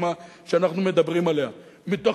ודירות בנות-השגה בתוך